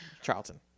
Charlton